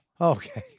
Okay